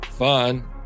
Fun